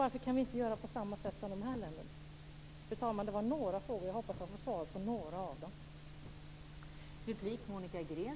Varför kan vi inte göra på samma sätt som dessa länder? Fru talman! Detta var en del av mina frågor. Jag hoppas att jag får svar på några av dem.